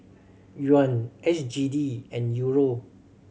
Yuan S G D and Euro